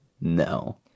no